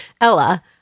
Ella